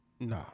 Nah